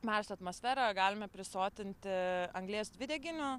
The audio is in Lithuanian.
marso atmosferą galime prisotinti anglies dvideginiu